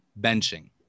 benching